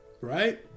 Right